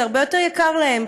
זה הרבה יותר יקר להם,